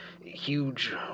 huge